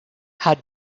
had